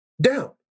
down